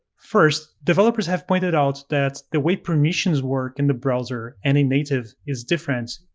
first, developers have pointed out that the way permissions work in the browser and in native is different.